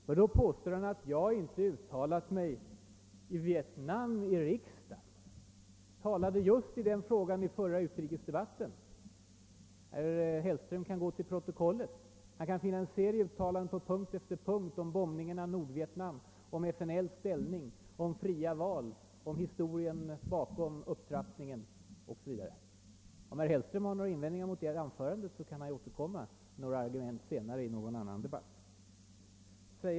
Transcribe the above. Då påstår han nämligen att jag inte skulle ha uttalat mig om Vietnam i riksdagen. Jag tog upp just den frågan bl.a. under förra utrikesdebatten. Herr Hellström kan gå till protokollet och finna en serie uttalanden på punkt efter punkt: om bombningen av Nordvietnam, om FNL:s ställning, om fria val, om upptrappningen o.s.v. Om herr Hellström har några invändningar mot det anförandet, kan han ju återkomma med sina argument i någon senare debatt.